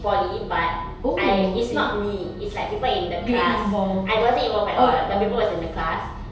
poly but I it's not me it's like people in the class I wasn't involved at all the people was in the class